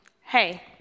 hey